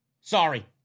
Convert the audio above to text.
Sorry